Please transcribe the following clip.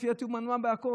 לפי דעתי הוא מנוע בכול.